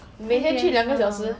每天去两个小时